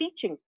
teaching